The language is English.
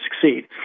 succeed